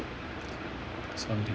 something